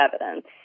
evidence